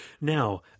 Now